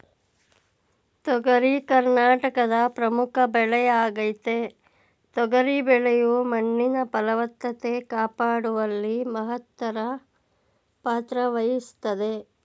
ತೊಗರಿ ಕರ್ನಾಟಕದ ಪ್ರಮುಖ ಬೆಳೆಯಾಗಯ್ತೆ ತೊಗರಿ ಬೆಳೆಯು ಮಣ್ಣಿನ ಫಲವತ್ತತೆ ಕಾಪಾಡುವಲ್ಲಿ ಮಹತ್ತರ ಪಾತ್ರವಹಿಸ್ತದೆ